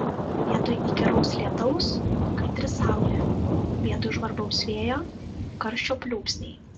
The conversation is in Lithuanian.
vietoj įkyraus lietaus kaitri saulė vietoj žvarbaus vėjo karščio pliūpsniai